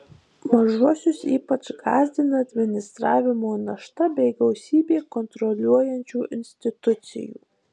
mažuosius ypač gąsdina administravimo našta bei gausybė kontroliuojančių institucijų